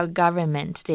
government